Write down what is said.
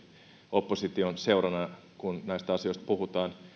opposition seurana kun näistä asioista puhutaan